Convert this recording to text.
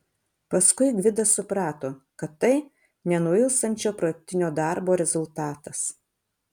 paskui gvidas suprato kad tai nenuilstančio protinio darbo rezultatas